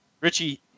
Richie